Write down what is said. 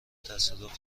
تصادف